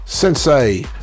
Sensei